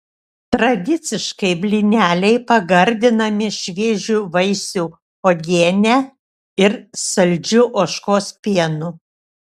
tradiciškai blyneliai pagardinami šviežių vaisių uogiene ir saldžiu ožkos pienu